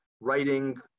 writing